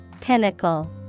Pinnacle